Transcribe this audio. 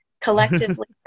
collectively